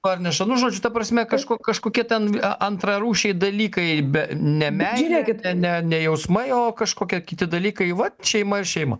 parneša nu žodžiu ta prasme kažko kažkokie ten a antrarūšiai dalykai be ne meilė ne ne jausmai o kažkokie kiti dalykai vat šeima ir šeima